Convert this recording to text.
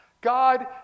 God